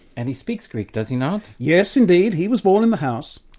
and he speaks greek, does he not? yes indeed, he was born in the house.